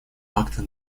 акты